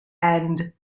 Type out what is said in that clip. end